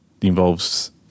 involves